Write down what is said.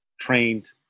trained